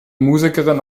musikerin